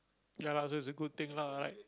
ya lah so it's a good thing lah like